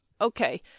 Okay